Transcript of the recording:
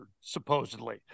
supposedly